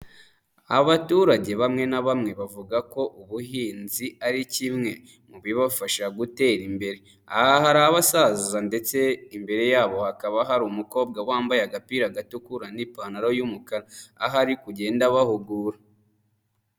Abaturage bamwe na bamwe bavuga ko ubuhinzi ari kimwe mu bibafasha gutera imbere, aha hari abasaza ndetse imbere yabo hakaba hari umukobwa wambaye agapira gatukura n'ipantaro y'umukara aho ari kugenda abahugura.